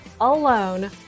alone